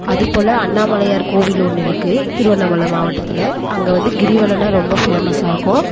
அது போல் அண்ணாமலையார் கோவில் ஒன்று இருக்குது திருவண்ணாமலை மாவட்டத்தில் அங்கே வந்து கிரிவலம்ன்னா ரொம்ப ஃபேமஸ்ஸாக இருக்கும்